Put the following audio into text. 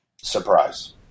Surprise